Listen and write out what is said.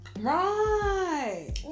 right